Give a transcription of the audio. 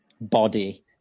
body